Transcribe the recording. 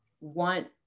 want